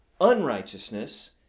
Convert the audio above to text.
unrighteousness